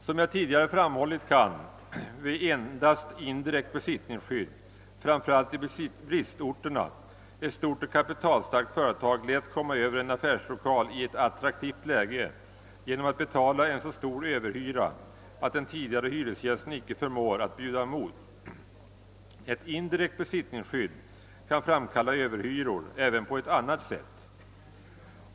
Som jag tidigare framhållit kan, vid endast indirekt besittningsskydd, framför allt i bristorterna ett stort och kapitalstarkt företag lätt komma över en affärslokal i ett attraktivt läge genom att betala en så stor överhyra, att den tidigare hyresgästen icke förmår att bjuda mot. Ett indirekt besittningsskydd kan framkalla överhyror även på ett annat sätt.